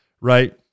right